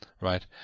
right